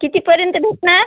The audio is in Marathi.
कितीपर्यंत भेटणार